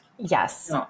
Yes